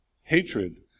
Hatred